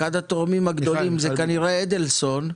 אחד התורמים הגדולים זה כנראה אדלסון,